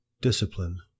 Discipline